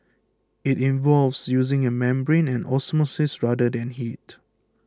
it involves using a membrane and osmosis rather than heat